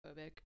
homophobic